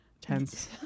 tense